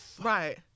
Right